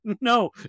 no